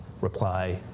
reply